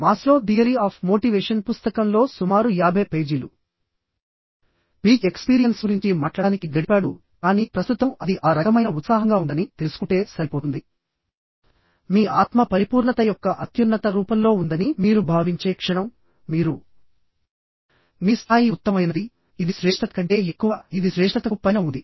Maslow theory of motivation పుస్తకంలో సుమారు 50 పేజీలు పీక్ ఎక్స్పీరియన్స్ గురించి మాట్లడానికి గడిపాడు కానీ ప్రస్తుతం అది ఆ రకమైన ఉత్సాహంగా ఉందని తెలుసుకుంటే సరిపోతుంది మీ ఆత్మ పరిపూర్ణత యొక్క అత్యున్నత రూపంలో ఉందని మీరు భావించే క్షణం మీరు మీ స్థాయి ఉత్తమమైనది ఇది శ్రేష్ఠత కంటే ఎక్కువ ఇది శ్రేష్ఠతకు పైన ఉంది